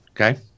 okay